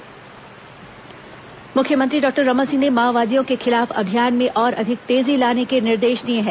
माओवाद समीक्षा बैठक मुख्यमंत्री डॉक्टर रमन सिंह ने माओवादियों के खिलाफ अभियान में और अधिक तेजी लाने के निर्देश दिए हैं